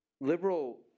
liberal